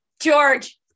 george